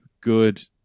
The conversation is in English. good